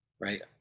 right